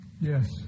Yes